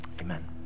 amen